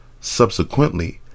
Subsequently